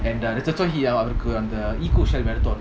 and uh அந்த:andha equal share